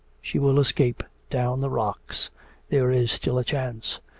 she will escape down the rocks there is still a chance!